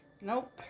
Nope